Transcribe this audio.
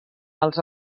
els